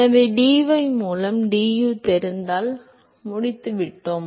எனவே dy மூலம் du தெரிந்தால் முடித்துவிட்டோம்